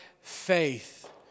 faith